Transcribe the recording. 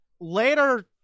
Later